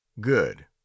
Good